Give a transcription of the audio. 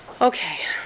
Okay